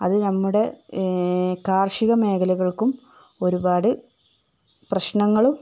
അത് നമ്മുടെ കാർഷിക മേഖലകൾക്കും ഒരുപാട് പ്രശ്നങ്ങളും